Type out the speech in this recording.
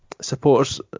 supporters